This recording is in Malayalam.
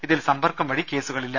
ഇതിൽ സമ്പർക്കം വഴി കേസുകളില്ല